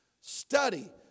Study